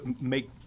make